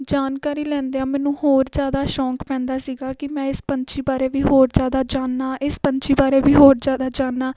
ਜਾਣਕਾਰੀ ਲੈਂਦਿਆ ਮੈਨੂੰ ਹੋਰ ਜ਼ਿਆਦਾ ਸ਼ੌਂਕ ਪੈਂਦਾ ਸੀਗਾ ਕਿ ਮੈਂ ਇਸ ਪੰਛੀ ਬਾਰੇ ਵੀ ਹੋਰ ਜ਼ਿਆਦਾ ਜਾਣਾ ਇਸ ਪੰਛੀ ਬਾਰੇ ਵੀ ਹੋਰ ਜ਼ਿਆਦਾ ਜਾਣਾ